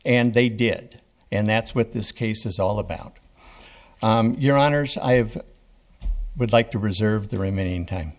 and they did and that's what this case is all about your honors i have would like to reserve the remaining time